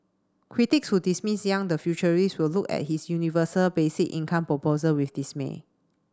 critics who dismiss Yang the futurist will look at his universal basic income proposal with dismay